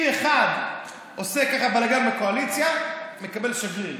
אם אחד עושה בלגן בקואליציה מקבל שגריר,